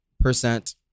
percent